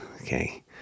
Okay